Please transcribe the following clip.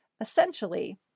Essentially